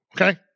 Okay